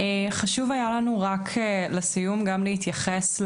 חשוב היה לנו רק לסיום גם להתייחס,